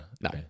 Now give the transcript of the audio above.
No